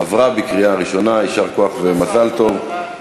התשע"ד 2014,